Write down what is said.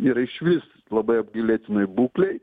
yra išvis labai apgailėtinoj būklėj